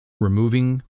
removing